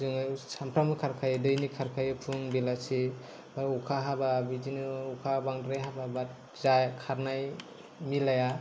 जोङो सानफ्रामबो खारखायो दैलि खारखायो फुं बेलासि ओमफ्राय अखा हाबा अखा बांद्राय हाबा खारनाय मिलाया